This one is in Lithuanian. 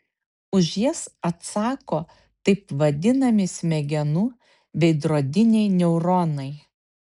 už jas atsako taip vadinami smegenų veidrodiniai neuronai